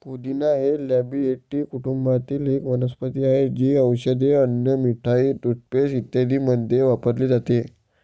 पुदिना हे लॅबिएटी कुटुंबातील एक वनस्पती आहे, जी औषधे, अन्न, मिठाई, टूथपेस्ट इत्यादींमध्ये वापरली जाते